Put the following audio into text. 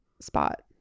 spot